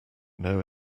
know